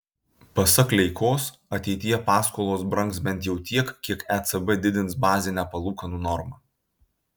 pasak leikos ateityje paskolos brangs bent jau tiek kiek ecb didins bazinę palūkanų normą